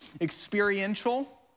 experiential